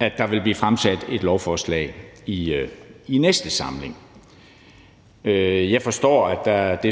at der vil blive fremsat et lovforslag i næste samling. Jeg forstår, at